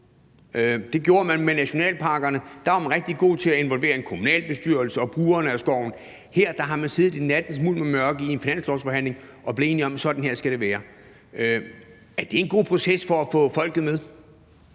Det gjorde man med nationalparkerne. Der var man rigtig gode til at involvere kommunalbestyrelsen og brugerne af skoven. Her har man siddet i nattens mulm og mørke i en finanslovsforhandling og er blevet enige om, at det skal være sådan her. Er det en god proces for at få folket med?